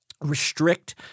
restrict